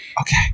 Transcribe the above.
Okay